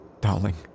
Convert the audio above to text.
darling